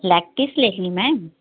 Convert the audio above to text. lactis लेंगी ma'am